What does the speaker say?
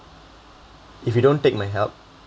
if you don't take my help